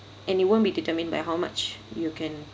and it won't be determined by how much you can